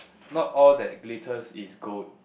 not all that glitters is gold